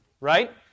right